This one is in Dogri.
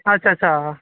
अच्छा अच्छा